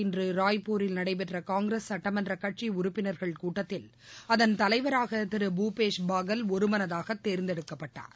இன்று ராய்ப்பூரில் நடைபெற்ற காங்கிரஸ் சட்டமன்றக் கட்சி உறுப்பினர்கள் கூட்டத்தில் முன்னதாக அதன் தலைவராக திரு பூபேஷ் பாகல் ஒருமனதாக தேர்ந்தெடுக்கப்பட்டார்